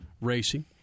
Racing